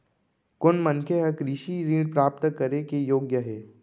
कोन मनखे ह कृषि ऋण प्राप्त करे के योग्य हे?